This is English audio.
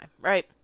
right